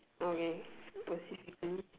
okay specifically